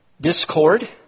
discord